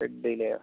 red അല്ലേ